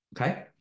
Okay